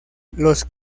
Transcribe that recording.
los